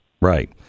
right